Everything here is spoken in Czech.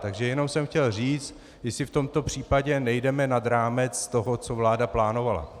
Takže jenom jsem chtěl říct, jestli v tomto případě nejdeme nad rámec toho, co vláda plánovala.